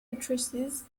addresses